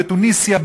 בתוניסיה,